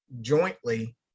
jointly